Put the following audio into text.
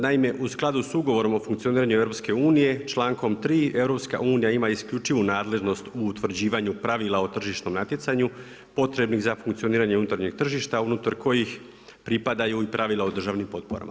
Naime u skladu sa Ugovorom o funkcioniranju EU člankom 3. EU ima isključivu nadležnost u utvrđivanju pravila o tržišnom natjecanju potrebnih za funkcioniranje unutarnjeg tržišta unutar kojih pripadaju i pravila o državnim potporama.